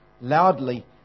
loudly